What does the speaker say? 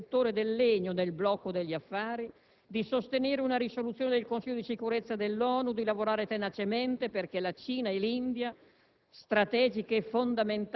inserendo anche le imprese del settore del legno nel blocco degli affari, di sostenere una risoluzione del Consiglio di Sicurezza dell'ONU e di lavorare tenacemente perché la Cina e l'India,